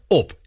op